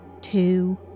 Two